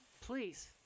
please